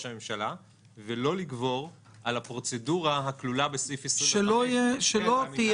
הממשלה ולא לגבור על הפרוצדורה הכלולה בסעיף 25. אז